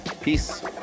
Peace